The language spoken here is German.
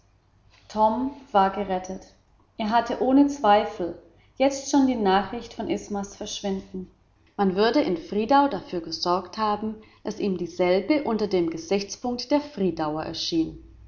war gerettet er hatte ohne zweifel jetzt schon die nachricht von ismas verschwinden man würde in friedau dafür gesorgt haben daß ihm dasselbe unter dem gesichtspunkt der friedauer erschien